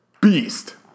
Beast